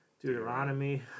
Deuteronomy